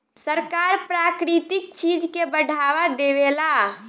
सरकार प्राकृतिक चीज के बढ़ावा देवेला